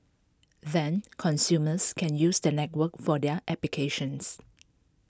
then consumers can use the network for their applications